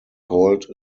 called